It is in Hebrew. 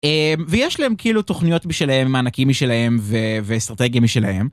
ויש להם כאילו תוכניות משלהם מענקים משלהם ואסטרטגיה משלהם.